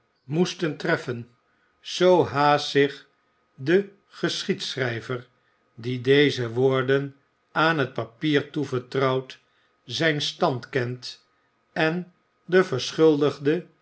moesten treffen zoo haast zich de geschiedschrijver die deze woorden aan het papier toevertrouwt zijn stand kent en de verschuldigde